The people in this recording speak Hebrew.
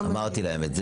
אמרתי להם את זה.